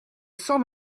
cent